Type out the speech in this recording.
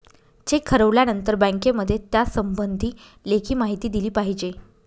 check हरवल्यानंतर बँकेमध्ये त्यासंबंधी लेखी माहिती दिली पाहिजे